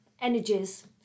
energies